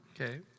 Okay